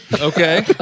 Okay